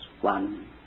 one